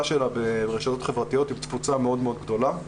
שלה ברשתות החברתיות עם תפוצה מאוד מאוד גדולה.